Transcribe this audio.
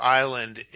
island